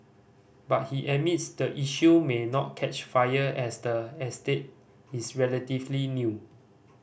but he admits the issue may not catch fire as the estate is relatively new